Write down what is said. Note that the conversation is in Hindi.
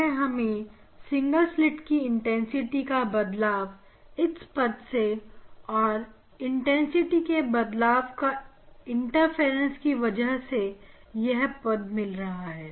यहां हमें सिंगल स्लिट का इंटेंसिटी का बदलाव इस पद से और इंटेंसिटी का बदलाव इंटरफेरेंस की वजह से इस पद से मिलेगा